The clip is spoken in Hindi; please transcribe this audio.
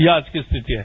ये आज की स्थिति है